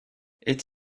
est